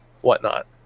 whatnot